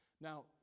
Now